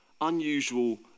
unusual